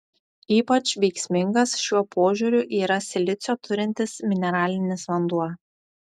ypač veiksmingas šiuo požiūriu yra silicio turintis mineralinis vanduo